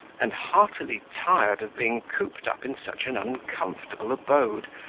and heartily tired of being cooped up in such an uncomfortable abode,